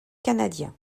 canadiens